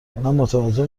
متوجه